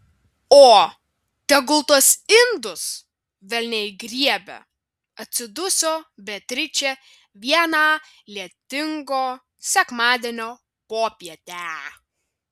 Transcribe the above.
o tegul tuos indus velniai griebia atsiduso beatričė vieną lietingo sekmadienio popietę